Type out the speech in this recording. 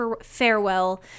farewell